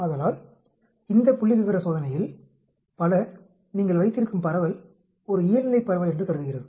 ஆதலால் இந்த புள்ளிவிவர சோதனையில் பல நீங்கள் வைத்திருக்கும் பரவல் ஒரு இயல்நிலைப் பரவல் என்று கருதுகிறது